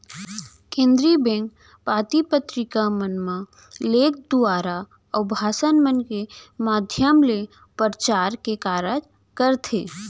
केनदरी bank पाती पतरिका मन म लेख दुवारा, अउ भासन मन के माधियम ले परचार के कारज करथे